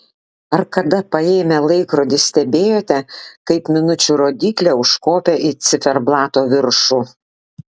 ar kada paėmę laikrodį stebėjote kaip minučių rodyklė užkopia į ciferblato viršų